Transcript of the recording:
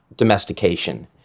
domestication